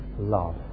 love